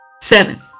Seven